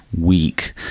week